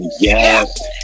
Yes